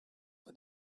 for